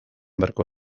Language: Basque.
beharko